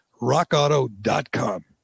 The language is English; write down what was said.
rockauto.com